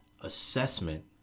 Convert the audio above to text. assessment